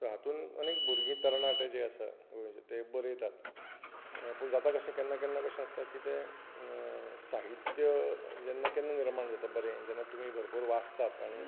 तर हातूंत अनेक भुरगीं तरणाटे जे आसात गोंयचें ते बरयतात पूण जाता कशें केन्ना केन्ना कशें आसता की ते साहित्य जेन्ना केन्ना निर्माण जाता बरें जेन्ना तुमी भरपूर वाचतात बरें आनी